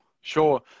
Sure